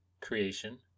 creation